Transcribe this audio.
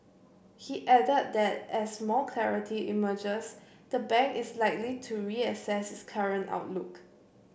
he added that as more clarity emerges the bank is likely to reassess its current outlook